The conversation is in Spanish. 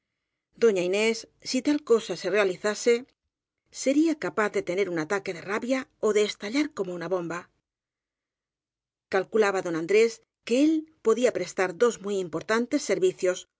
doña inés si tal cosa se realizase sería capaz de tener un ataque de rabia ó de estallar como una bomba calculaba don andrés que él podía prestar dos muy importantes servicios uno